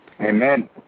Amen